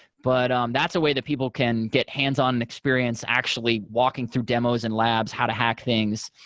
but that's a way that people can get hands-on experience actually walking through demos and labs, how to hack things.